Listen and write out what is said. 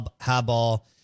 Highball